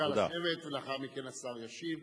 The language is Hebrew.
בבקשה לשבת, ולאחר מכן השר ישיב.